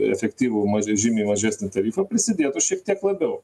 efektyvų maže žymiai mažesnį tarifą prisidėtų šiek tiek labiau